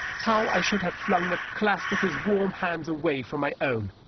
how i should have flung the clasp of his warm hands away from my own!